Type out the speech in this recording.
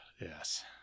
yes